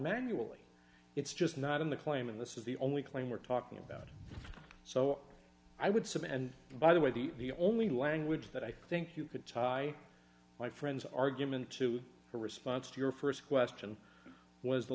manually it's just not in the claim and this is the only claim we're talking about so i would submit and by the way the only language that i think you could tie my friends argument to a response to your st question was the